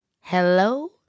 Hello